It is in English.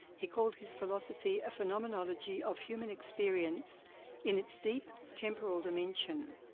he called his philosophy a phenomenology of human experience in its deep temporal dimension.